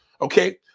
okay